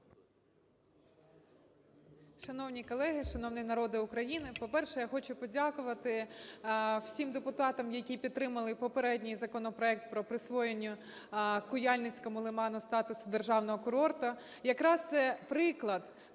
Шановні колеги! Шановний народе України! По-перше, я хочу подякувати всім депутатам, які підтримали попередній законопроект про присвоєння Куяльницькому лиману статусу державного курорту. Якраз це приклад